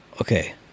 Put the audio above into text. okay